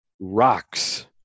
rocks